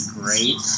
great